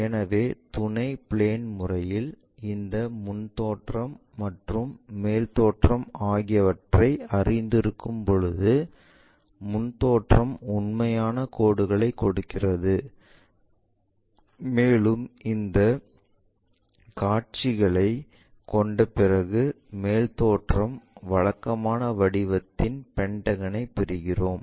எனவே துணை பிளேன் முறையில் இந்த முன் தோற்றம் மற்றும் மேல் தோற்றம் ஆகியவற்றை அறிந்திருக்கும்போது முன் தோற்றம் உண்மையான கோடுகளை கொடுக்கிறது மேலும் இந்தக் காட்சியைக் கொண்ட பிறகு மேல் தோற்றம் வழக்கமான வடிவத்தின் பென்டகனைப் பெறுகிறோம்